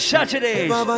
Saturdays